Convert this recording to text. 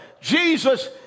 Jesus